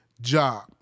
job